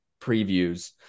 previews